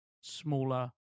smaller